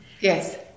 Yes